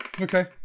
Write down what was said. Okay